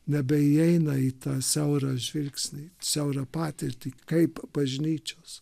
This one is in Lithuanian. nebeįeina į tą siaurą žvilgsnį siaurą patirtį kaip bažnyčios